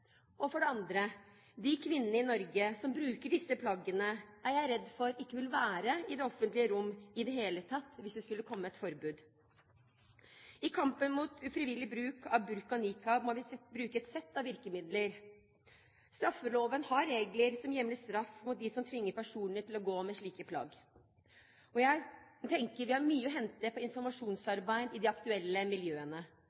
For det andre: De kvinnene i Norge som bruker disse plaggene, er jeg redd for ikke vil være i det offentlige rom i det hele tatt hvis det skulle komme et forbud. I kampen mot ufrivillig bruk av burka og niqab må vi bruke et sett av virkemidler. Straffeloven har regler som hjemler straff for dem som tvinger personer til å gå med slike plagg. Jeg tenker at vi har mye å hente på